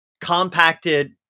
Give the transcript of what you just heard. compacted